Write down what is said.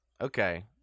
Okay